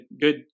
Good